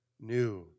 new